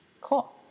Cool